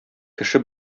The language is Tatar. кеше